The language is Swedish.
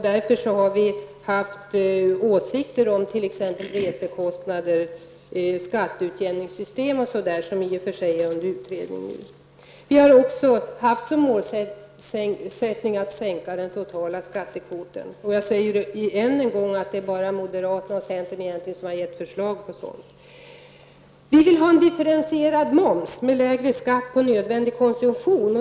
Därför har vi haft synpunkter på t.ex. resekostnader och skatteutjämningssystem, som i och för sig är frågor som är under utredning. Vår målsättning är att sänka den totala skattekvoten. Jag vill än en gång säga att det egentligen bara är moderaterna och centern som har lämnat förslag om en sänkning. Vi i centern vill ha en differentierad moms med lägre skatt på nödvändig konsumtion.